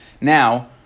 Now